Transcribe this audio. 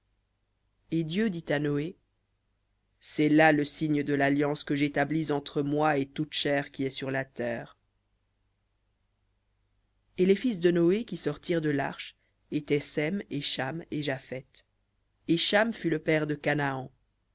et dieu dit à noé c'est là le signe de l'alliance que j'établis entre moi et toute chair qui est sur la terre v et les fils de noé qui sortirent de l'arche étaient sem et cham et japheth et cham fut le père de canaan